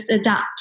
adapt